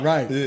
Right